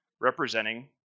representing